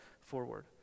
forward